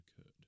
occurred